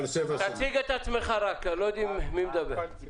תציג את עצמך, לא יודעים מי מדבר.